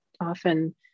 often